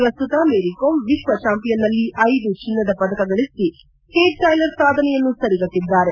ಪ್ರಸ್ತುತ ಮೇರಿ ಕೋಮ್ ವಿಶ್ವ ಚಾಂಪಿಯನ್ನಲ್ಲಿ ಐದು ಚಿನ್ನದ ಪದಕಗಳಿಸಿ ಕೇಟ್ ಟೈಲರ್ ಸಾಧನೆಯನ್ನು ಸರಿಗಟ್ಟಿದ್ದಾರೆ